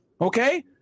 okay